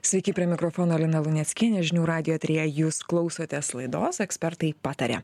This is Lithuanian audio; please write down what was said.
sveiki prie mikrofono lina luneckienė žinių radijo eteryje jūs klausotės laidos ekspertai pataria